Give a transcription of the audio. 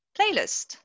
playlist